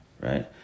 right